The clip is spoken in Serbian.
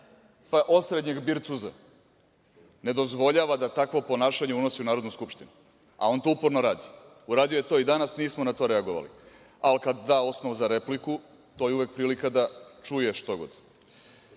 pa osrednjeg bircuza, ne dozvoljava da takvo ponašanje unosi u Narodnu skupštinu, a on to uporno radi. Uradio je to i danas, nismo na to reagovali. Ali, kada da osnovu za repliku, to je uvek prilika da čuje što god.